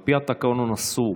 על פי התקנון אסור,